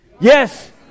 Yes